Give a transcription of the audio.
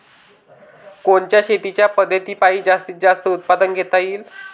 कोनच्या शेतीच्या पद्धतीपायी जास्तीत जास्त उत्पादन घेता येईल?